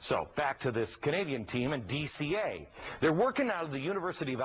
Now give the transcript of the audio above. so back to this canadian team and dca they're working out of the university of